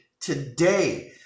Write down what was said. today